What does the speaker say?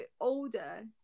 older